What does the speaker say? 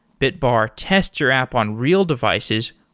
bitbar tests your app on real devices,